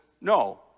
no